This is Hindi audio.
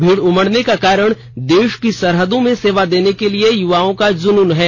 भीड़ उमड़ने का कारण देश की सरहदों में सेवा देने कर्क लिए युवाओं का जुनून है